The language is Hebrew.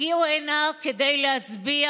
טלפון שאני מקבל מאחת העמותות שמטפלת בנפגעי תגובות